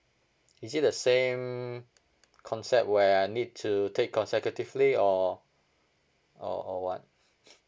is it the same concept where I need to take consecutive leave or or or what